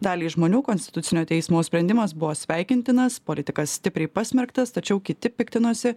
daliai žmonių konstitucinio teismo sprendimas buvo sveikintinas politikas stipriai pasmerktas tačiau kiti piktinosi